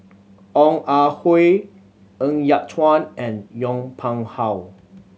Ong Ah Hoi Ng Yat Chuan and Yong Pung How